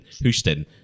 Houston